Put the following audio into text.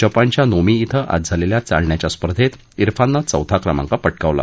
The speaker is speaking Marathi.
जपानच्या नोमी िं आज झालेल्या चालण्याच्या स्पर्धेत उफानन चौथा क्रमांक पटकावला